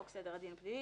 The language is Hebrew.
חוק סדר הדין הפלילי),